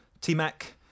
T-Mac